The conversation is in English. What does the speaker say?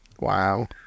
Wow